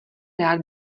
rád